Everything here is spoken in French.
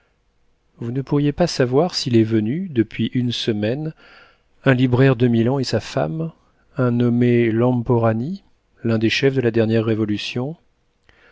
vous ne pourriez pas savoir s'il est venu depuis une semaine un libraire de milan et sa femme un nommé lamporani l'un des chefs de la dernière révolution